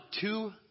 two